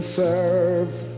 serves